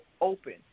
open